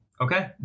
Okay